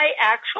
actual